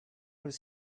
was